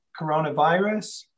coronavirus